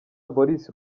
boris